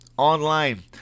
online